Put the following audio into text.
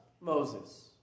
Moses